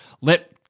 let